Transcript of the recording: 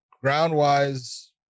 ground-wise